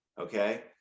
Okay